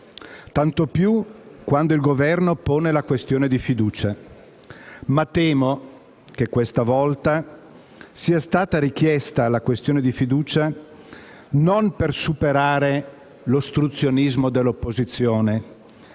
tanto più quando il Governo pone la questione di fiducia, ma temo che questa volta sia stata chiesta la questione di fiducia non per superare l'ostruzionismo dell'opposizione,